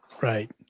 Right